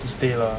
to stay lah